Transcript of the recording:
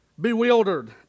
bewildered